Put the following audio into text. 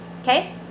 Okay